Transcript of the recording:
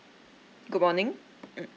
good morning mm